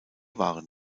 waren